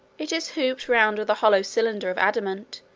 it is hooped round with a hollow cylinder of adamant,